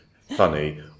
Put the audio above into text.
funny